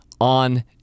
on